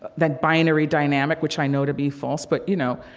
that binary dynamic, which i know to be false, but you know,